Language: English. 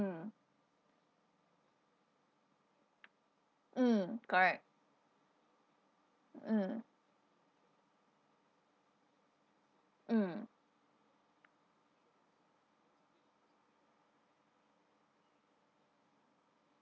mm mm correct(mm)(mm)